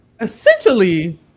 essentially